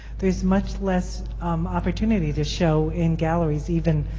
there's much less opportunity to show in galleries even,